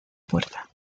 puerta